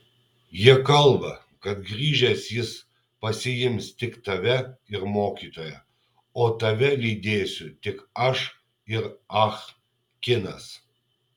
jie kalba kad grįžęs jis pasiims tik tave ir mokytoją o tave lydėsiu tik aš ir ah kinas